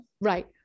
Right